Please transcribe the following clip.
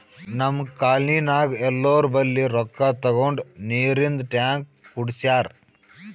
ನಮ್ ಕಾಲ್ನಿನಾಗ್ ಎಲ್ಲೋರ್ ಬಲ್ಲಿ ರೊಕ್ಕಾ ತಗೊಂಡ್ ನೀರಿಂದ್ ಟ್ಯಾಂಕ್ ಕುಡ್ಸ್ಯಾರ್